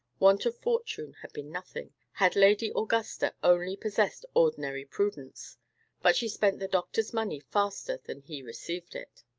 want of fortune had been nothing, had lady augusta only possessed ordinary prudence but she spent the doctor's money faster than he received it.